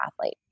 athlete